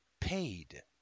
paid